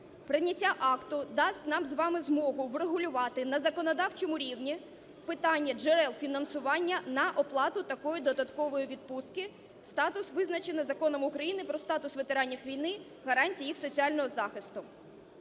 Прийняття акта дасть нам з вами змогу врегулювати на законодавчому рівні питання джерел фінансування на оплату такої додаткової відпустки. Статус визначено Законом України "Про статус ветеранів війни, гарантії їх соціального захисту".